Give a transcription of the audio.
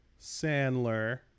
Sandler